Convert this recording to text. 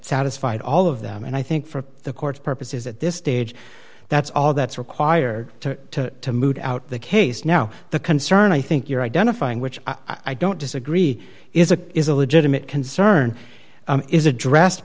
satisfied all of them and i think for the court purposes at this stage that's all that's required to to move out the case now the concern i think you're identifying which i don't disagree is a is a legitimate concern is addressed